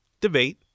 debate